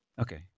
Okay